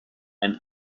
and